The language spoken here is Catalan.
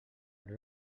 però